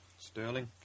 Sterling